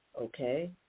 Okay